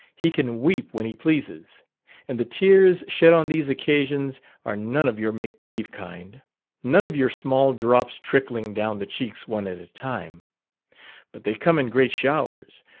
he can weep when he pleases and the tears shed on these occasions are none of your make-believe kind none of your small drops trickling down the cheeks one at a time but they come in great showers,